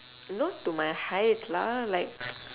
not to my height lah like